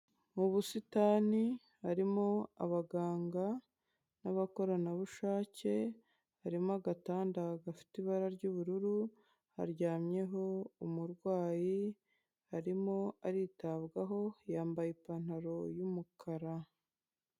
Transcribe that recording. Mu busitani harimo abaganga n'abakoranabushake, harimo agatanda gafite ibara ry'ubururu haryamyeho umurwayi arimo aritabwaho yambaye ipantaro y'umukara.